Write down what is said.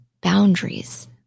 boundaries